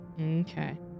Okay